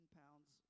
pounds